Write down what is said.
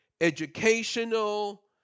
educational